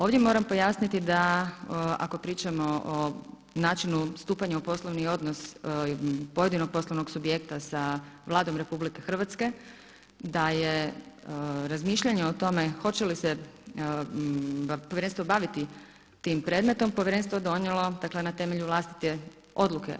Ovdje moram pojasniti da ako pričamo o načinu stupanja u poslovni odnos pojedinog poslovnog subjekta sa Vladom RH, da je razmišljanje o tome hoće li se povjerenstvo baviti tim predmetom, povjerenstvo je donijelo na temelju vlastite odluke.